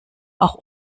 auch